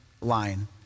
line